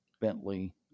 Bentley